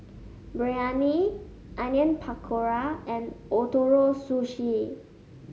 Biryani Onion Pakora and Ootoro Sushi